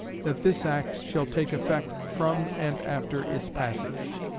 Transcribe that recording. that this act shall take effect from and after its passage.